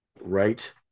right